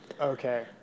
okay